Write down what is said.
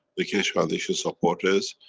the keshe foundation supporters,